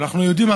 אנחנו יודעים,